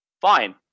Fine